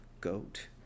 Goat